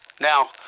Now